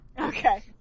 Okay